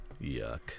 Yuck